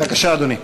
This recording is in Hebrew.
בבקשה, אדוני.